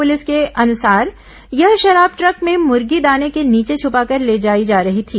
police के अनुसार यह शराब ट्रक में मुर्गी दाने के नीचे छुपाकर ले जाई जा रही थी